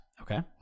Okay